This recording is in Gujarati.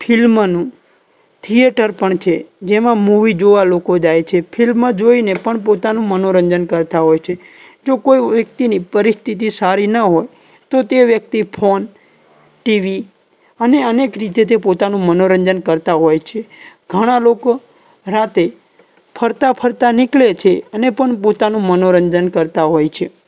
ફિલ્મનું થિએટર પણ છે જેમાં મૂવી જોવા લોકો જાય છે ફિલ્મ જોઈને પણ પોતાનું મનોરંજન કરતા હોય છે જો કોઈ વ્યક્તિની પરિસ્થિતિ સારી ના હોય તો તે વ્યક્તિ ફોન ટીવી અને અનેક રીતે તે પોતાનું મનોરંજન કરતા હોય છે ઘણા લોકો રાતે ફરતા ફરતા નીકળે છે અને પણ પોતાનું મનોરંજન કરતા હોય છે